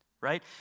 right